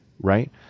Right